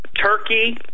Turkey